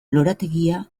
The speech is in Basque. lorategia